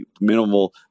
minimal